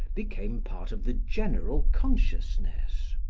became part of the general consciousness.